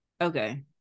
okay